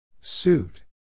Suit